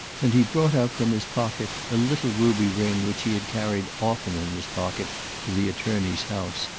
then he brought out from his pocket a little ruby ring which he had carried often in his pocket to the attorney's house,